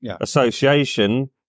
association